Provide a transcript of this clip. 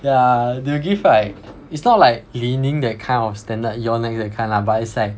yeah they'll give like it's not like Li-Ning that kind of standard Yonex that kind lah but it's like